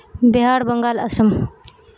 بہار بنگال اسم